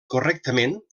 correctament